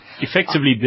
effectively